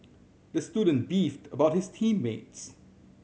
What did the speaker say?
the student beefed about his team mates